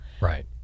right